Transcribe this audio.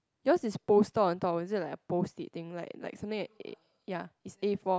yours is poster on top or is it like a post it thing like like something ya it's A four